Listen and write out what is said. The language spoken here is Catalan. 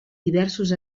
diversos